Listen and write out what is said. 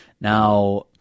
Now